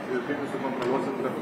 ir kaip jūs sukontroliuosit kad